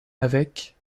avec